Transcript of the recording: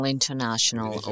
International